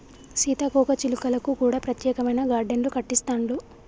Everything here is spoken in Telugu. సీతాకోక చిలుకలకు కూడా ప్రత్యేకమైన గార్డెన్లు కట్టిస్తాండ్లు